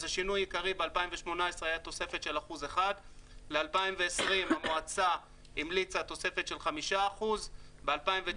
אז השינוי העיקרי ב-2018 היתה תוספת של 1%. ל-2020 המועצה המליצה תוספת של 5%. ב-2019,